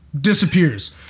Disappears